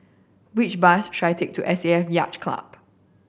which bus should I take to S A F Yacht Club